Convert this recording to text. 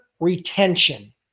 Retention